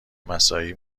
مساعی